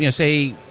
you know say,